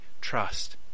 trust